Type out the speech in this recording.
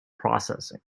processing